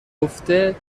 گفته